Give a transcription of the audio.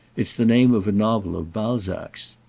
it's the name of a novel of balzac's.